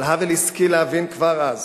אבל האוול השכיל להבין כבר אז